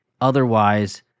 otherwise